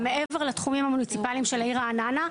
גם מעבר לתחום המוניציפאליים של העיר רעננה,